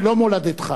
ולא מולדתך.